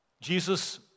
Jesus